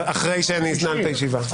אחרי שאני אנעל את הישיבה.